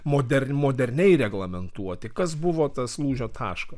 moderni moderniai reglamentuoti kas buvo tas lūžio taškas